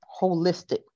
holistic